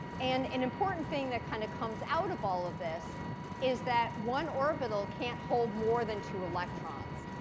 and an important thing that kind of comes out of all of this is that one orbital can't hold more than two electrons.